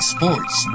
Sports